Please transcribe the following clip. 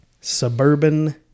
Suburban